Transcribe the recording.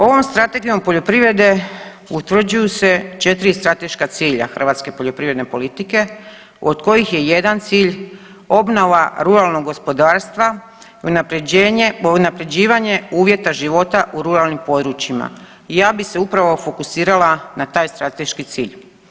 Ovom Strategijom poljoprivrede utvrđuju se četiri strateška cilja hrvatske poljoprivredne politike od kojih je jedan cilj obnova ruralnog gospodarstva, unapređivanje uvjeta života u ruralnim područjima i ja bih se upravo fokusirala na taj strateški cilj.